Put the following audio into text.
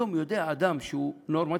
היום יודע אדם שהוא נורמטיבי,